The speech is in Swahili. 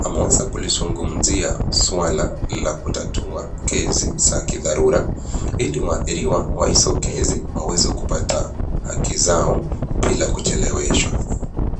Ameweza kulizungumzia swala la kutatua kesi za kidharura, ili waathiriwa wa hizo kesi waweze kupata haki zao bila kucheleweshwa.